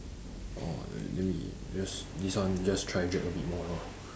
orh then then we just this one just try drag a bit more lor